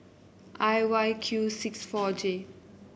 I Y Q six four J